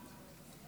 נגד התקציב המחריד